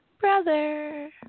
brother